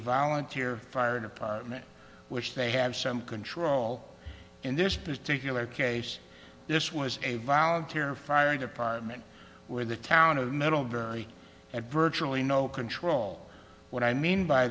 volunteer fire department which they have some control in this particular case this was a volunteer fire department where the town of middlebury had virtually no control what i mean by